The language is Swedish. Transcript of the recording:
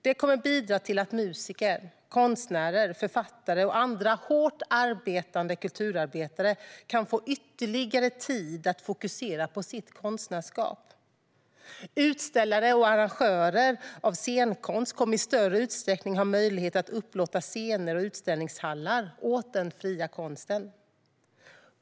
Det kommer att bidra till att musiker, konstnärer, författare och andra hårt arbetande kulturarbetare kan få ytterligare tid att fokusera på sitt konstnärskap. Utställare och arrangörer av scenkonst kommer i större utsträckning att ha möjlighet att upplåta scener och utställningshallar åt den fria konsten.